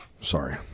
Sorry